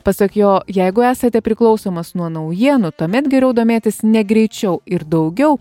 pasak jo jeigu esate priklausomas nuo naujienų tuomet geriau domėtis ne greičiau ir daugiau